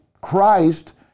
Christ